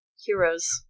heroes